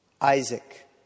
Isaac